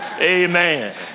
Amen